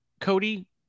Cody